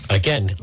again